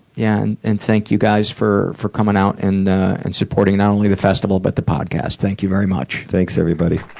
yeah, and and thank you guys for for coming out and and supporting not only the festival, but the podcast. thank you very much. thanks, everybody.